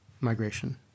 migration